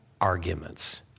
arguments